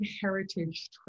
heritage